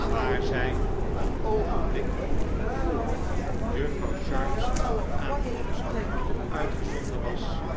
waar zij een oogenblik voor juffrouw sharp's aankomst op uitgezonden was